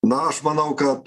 na aš manau kad